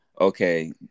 Okay